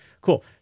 Cool